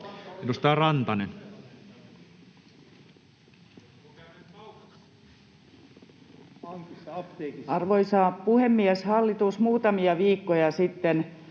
Edustaja Rantanen. Arvoisa puhemies! Hallitus on muutamia viikkoja jatkuvalla